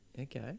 Okay